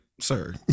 sir